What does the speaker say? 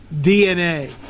DNA